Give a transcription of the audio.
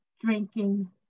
drinking